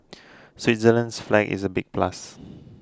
Switzerland's flag is a big plus